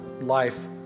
life